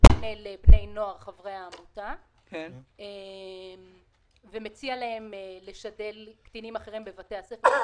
שפונה לבני נוער חברי העמותה ומציע להן לשדל קטינים אחרים בבתי הספר,